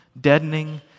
deadening